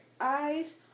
eyes